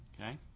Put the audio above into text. Okay